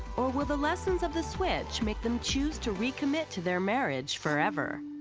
or will the lessons of the switch make them choose to recommit to their marriage forever?